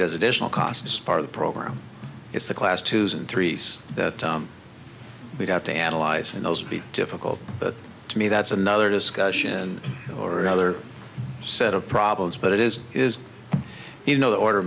it as additional costs part of the program it's the class twos and threes that we have to analyze and those will be difficult but to me that's another discussion or another set of problems but it is is you know the order